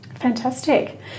fantastic